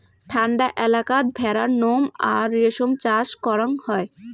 ঠান্ডা এলাকাত ভেড়ার নোম আর রেশম চাষ করাং হই